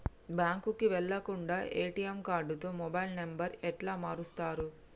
బ్యాంకుకి వెళ్లకుండా ఎ.టి.ఎమ్ కార్డుతో మొబైల్ నంబర్ ఎట్ల మారుస్తరు?